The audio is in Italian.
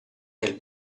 nel